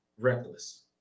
reckless